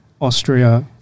Austria